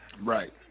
Right